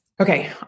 Okay